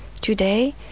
Today